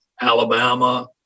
Alabama